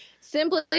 simply